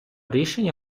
рішення